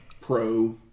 pro